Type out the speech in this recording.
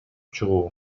чыгуу